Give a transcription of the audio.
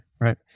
right